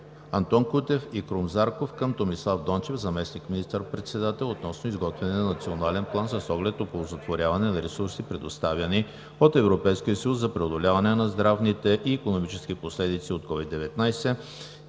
Антон Кутев и Крум Зарков към Томислав Дончев – заместник министър-председател, относно изготвяне на Национален план с оглед оползотворяване на ресурси, предоставени от Европейския съюз за преодоляване на здравните и икономическите последици от COVID-19